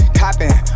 copping